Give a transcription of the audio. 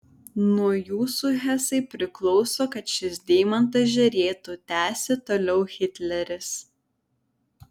nuo jūsų hesai priklauso kad šis deimantas žėrėtų tęsė toliau hitleris